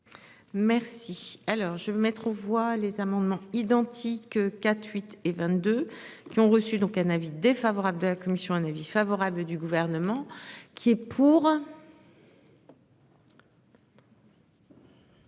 Merci. Alors je vais mettre aux voix les amendements identiques, 4, 8 et 22 qui ont reçu donc un avis défavorable de la commission un avis favorable du gouvernement. Qui est pour.